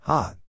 Hot